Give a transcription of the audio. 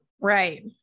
right